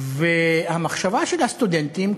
והמחשבה של הסטודנטים,